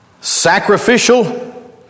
sacrificial